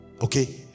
Okay